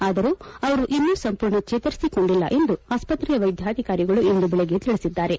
ಆದರೂ ಅವರು ಇನ್ನೂ ಸಂಪೂರ್ಣ ಚೇತರಿಸಿಕೊಂಡಿಲ್ಲ ಎಂದು ಆಸ್ಪತ್ರೆಯ ವೈದ್ಯಾಧಿಕಾರಿಗಳು ಇಂದು ಬೆಳಗ್ಗೆ ತಿಳಿಸಿದ್ದಾರೆ